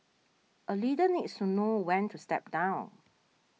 a leader needs to know when to step down